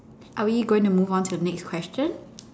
are we going to move on to the next question